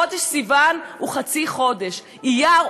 חודש סיוון הוא חצי חודש ואייר,